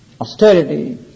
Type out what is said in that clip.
austerity